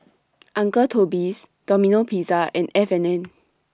Uncle Toby's Domino Pizza and F and N